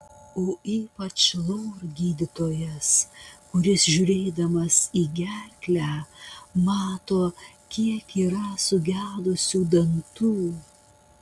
o ypač lor gydytojas kuris žiūrėdamas į gerklę mato kiek yra sugedusių dantų